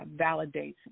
validates